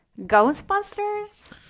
Ghostbusters